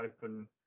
open